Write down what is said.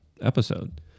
episode